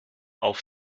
auf